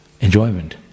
enjoyment